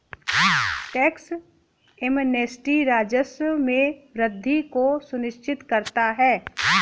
tax amnesty राजस्व में वृद्धि को सुनिश्चित करता है